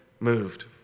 moved